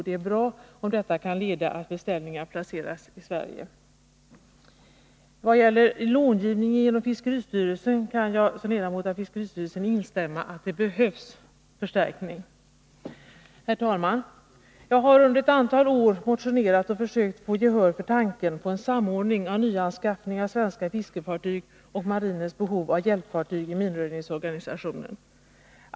Det är bra om detta kan leda till att beställningen placeras i Sverige. I vad gäller långivningen genom fiskeristyrelsen kan jag som ledamot av styrelsen instämma i att det behövs förstärkning. Herr talman! Jag har under ett antal år motionerat och försökt få gehör för tanken på en samordning av nyanskaffning av svenska fiskefartyg och marinens behov av hjälpfartyg i minröjningsorganisationen.